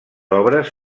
obres